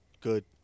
good